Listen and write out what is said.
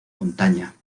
montaña